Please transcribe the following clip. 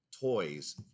toys